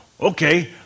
Okay